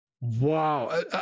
Wow